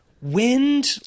Wind